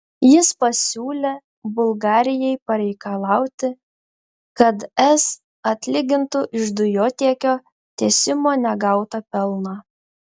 jis pasiūlė bulgarijai pareikalauti kad es atlygintų iš dujotiekio tiesimo negautą pelną